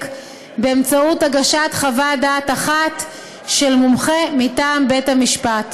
באמצעות הגשת חוות דעת אחת של מומחה מטעם בית המשפט.